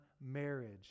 marriage